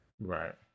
Right